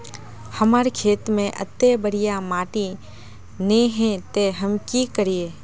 हमर खेत में अत्ते बढ़िया माटी ने है ते हम की करिए?